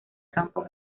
campo